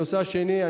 הנושא השני.